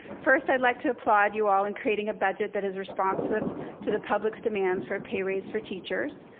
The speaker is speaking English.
first i'd like to applaud you all in creating a budget that is responsive to the public's demands for a pay raise for teachers.